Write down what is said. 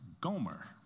Gomer